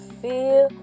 feel